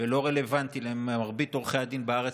ולא רלוונטי למרבית עורכי הדין בארץ,